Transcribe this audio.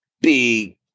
big